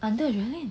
under adreline